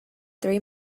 three